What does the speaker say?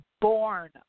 born